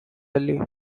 ali